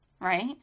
Right